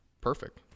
Perfect